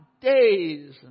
days